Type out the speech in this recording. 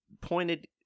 pointed